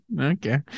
Okay